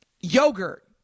yogurt